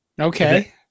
Okay